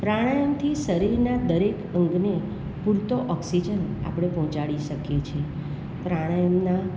પ્રાણાયામથી શરીરના દરેક અંગને પૂરતો ઑક્સીજન આપણે પહોંચાડી શકીએ છે પ્રાણાયામના